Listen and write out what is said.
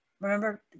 Remember